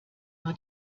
war